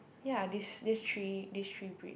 ya this this three this three breed